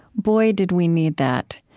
boy, did we need that.